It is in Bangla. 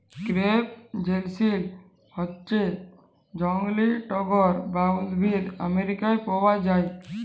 ক্রেপ জেসমিল হচ্যে জংলী টগর যে উদ্ভিদ আমেরিকায় পাওয়া যায়